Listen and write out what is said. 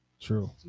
True